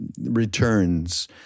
returns